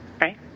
right